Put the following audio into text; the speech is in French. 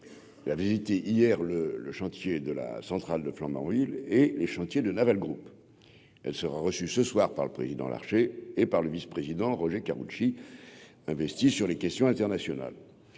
il a visité hier le le chantier de la centrale de Flamanville et les chantiers de Naval Group, elle sera reçue ce soir par le président Larché et par le vice-président Roger Karoutchi investie sur les questions internationales,